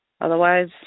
Otherwise